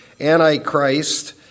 Antichrist